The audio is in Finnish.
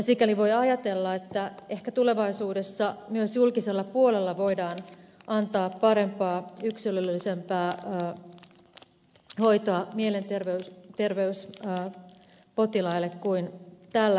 sikäli voi ajatella että ehkä tulevaisuudessa myös julkisella puolella voidaan antaa parempaa yksilöllisempäänsa nyt noita mielen terveys yksilöllisempää hoitoa mielenterveyspotilaille kuin tällä hetkellä